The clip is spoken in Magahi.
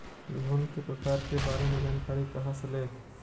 लोन के प्रकार के बारे मे जानकारी कहा से ले?